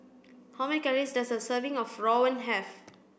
how many calories does a serving of Rawon have